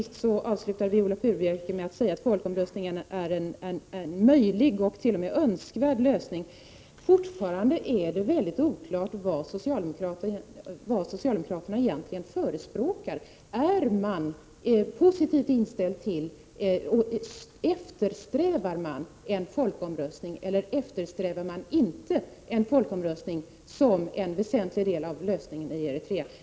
Så avslutar Viola Furubjelke med att säga att folkomröstningen är en möjlig och t.o.m. önskvärd lösning. Fortfarande är det oklart vad socialdemokraterna egentligen förespråkar. Är man positivt inställd till och eftersträvar man en folkomröstning, eller eftersträvar man inte en folkomröstning som en väsentlig del av lösningen i Eritrea?